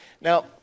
Now